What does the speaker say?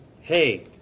Hey